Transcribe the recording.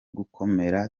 gukomera